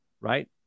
Right